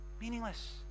Meaningless